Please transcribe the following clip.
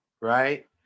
right